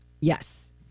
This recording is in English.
Yes